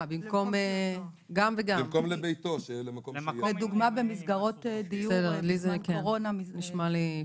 זה נשמע לי פיקס.